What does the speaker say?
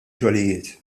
xogħlijiet